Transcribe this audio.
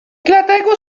dlatego